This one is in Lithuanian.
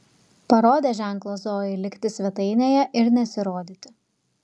parodė ženklą zojai likti svetainėje ir nesirodyti